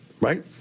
right